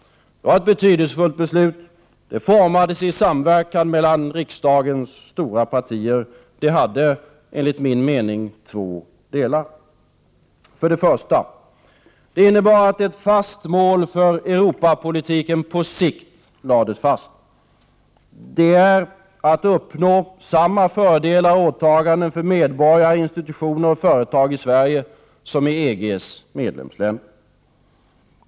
Det var ett betydelsefullt beslut. Det formades i samverkan mellan riksdagens stora partier och hade enligt min mening två delar. För det första innebar det att ett fast mål för Europapolitiken på sikt lades fast. Detta är att uppnå ”samma fördelar och åtaganden för medborgare, institutioner och företag i Sverige som i EG:s medlemsländer”.